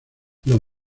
los